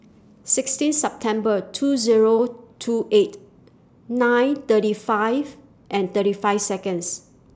sixteen September two Zero two eight nine thirty five and thirty five Seconds